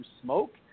smoke